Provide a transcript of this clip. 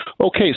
Okay